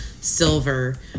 silver